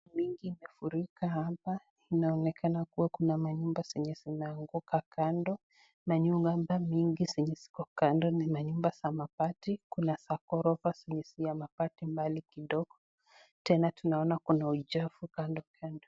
Bridge,(cs), imefurika hapa inaonekana kuwa kuna manyumba zenye zimeanguka kando , manyumba ambayo mingi zenye ziko kando ni manyumba za mabati, Kuna za gorofa zenye zimezuia mabati mbali kidogo . Tena tunaona Kuna uchafu kando kando.